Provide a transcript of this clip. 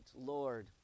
Lord